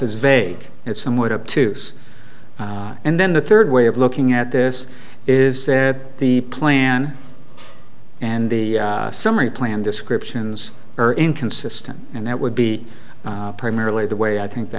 is vague it's somewhat up to say and then the third way of looking at this is that the plan and the summary plan descriptions are inconsistent and that would be primarily the way i think the